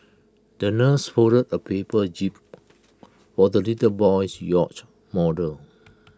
the nurse folded A paper jib for the little boy's yacht model